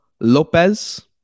Lopez